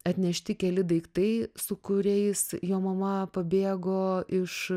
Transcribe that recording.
atnešti keli daiktai su kuriais jo mama pabėgo iš